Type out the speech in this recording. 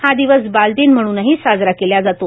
हा दिवस बालदिन म्हणूनही साजरा केला जातो